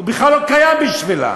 הוא בכלל לא קיים בשבילה.